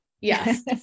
yes